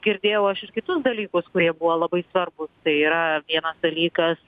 girdėjau aš ir kitus dalykus kurie buvo labai svarbūs tai yra vienas dalykas